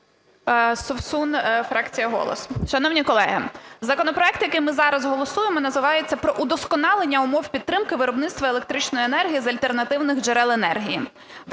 Совсун, фракція "Голос". Шановні колеги, законопроект, який ми зараз голосуємо, називається "про вдосконалення умов підтримки виробництва електричної енергії з альтернативних джерел енергії".